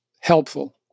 helpful